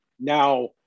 Now